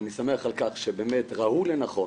ואני שמח על כך שבאמת ראוי לנכון